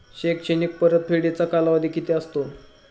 शैक्षणिक परतफेडीचा कालावधी किती असतो?